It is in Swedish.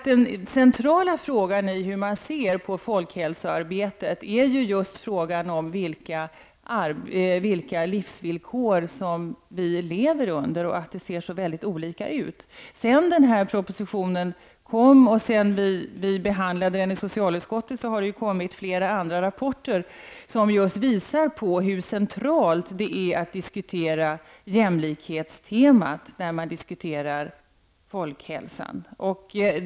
Det centrala i hur man ser på folkhälsoarbetet är just frågan om vilka livsvillkor som vi lever under och att de ser så olika ut. Sedan propositionen avlämnades till riksdagen och behandlades av socialutskottet har det kommit flera andra rapporter som visar hur angeläget det är att ta med jämlikhetstemat när man diskuterar folkhälsan.